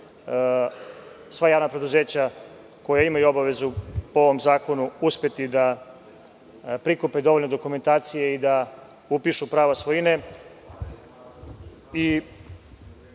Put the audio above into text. sva javna preduzeća, koja imaju obavezu po ovom zakonu, uspeti da prikupe dovoljno dokumentacije i da upišu prava svojine.